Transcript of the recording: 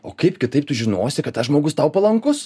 o kaip kitaip tu žinosi kad tas žmogus tau palankus